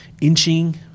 inching